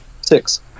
Six